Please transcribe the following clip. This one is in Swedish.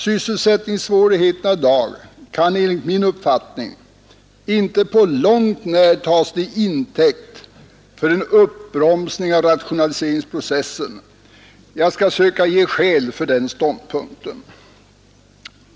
Sysselsättningssvårigheterna i dag kan enligt min uppfattning inte på långt när tas till intäkt för en uppbromsning av rationaliseringsprocessen. Jag skall söka ge skäl för den ståndpunkten.